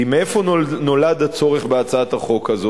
כי מאיפה נולד הצורך בהצעת החוק הזאת,